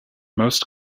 most